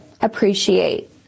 appreciate